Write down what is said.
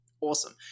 awesome